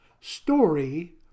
story